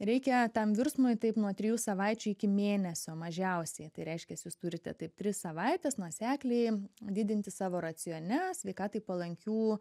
reikia tam virsmui taip nuo trijų savaičių iki mėnesio mažiausiai tai reiškia jūs turite taip tris savaites nuosekliai didinti savo racione sveikatai palankių